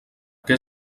que